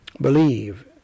Believe